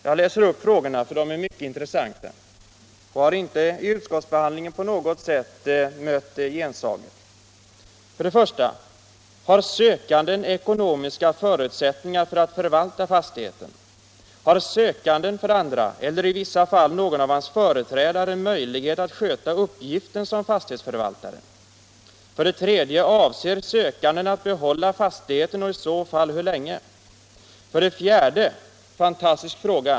Jag läser upp frågorna, för de är mycket intressanta och har inte vid utskottsbehandlingen mött någon som helst gensaga: ”a. Har sökanden ekonomiska förutsättningar för att förvalta fastigheten? b. Har sökanden eller i vissa fall någon av hans företrädare möjlighet att sköta uppgiften som fastighetsförvaltare? Nr 41 c. Avser sökanden att behålla fastigheten och i så fall hur länge? Onsdagen den d.